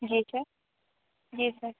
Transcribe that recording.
जी sir जी sir